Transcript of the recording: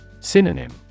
Synonym